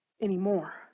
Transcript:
anymore